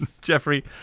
Jeffrey